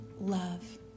love